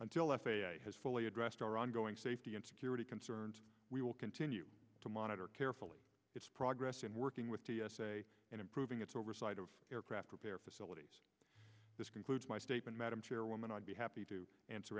until f a a has fully addressed our ongoing safety and security concerns we will continue to monitor carefully its progress in working with t s a and improving its oversight of aircraft repair facilities this concludes my statement madam chairwoman i'd be happy to answer